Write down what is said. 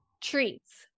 treats